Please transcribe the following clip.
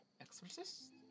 exorcist